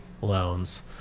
loans